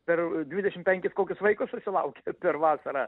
per dvidešim penkis kokius vaikus susilaukia per vasarą